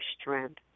strength